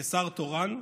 כשר תורן.